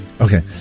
Okay